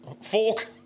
Fork